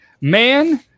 Man